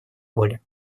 воли